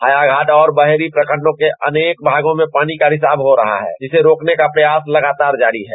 हायाघाट और बहेरी प्रखंडों के अनेक भागों में पानी का रिसाव हो रहा है जिसे रोकने का प्रयास लगातार जारी है